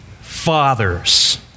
fathers